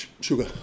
Sugar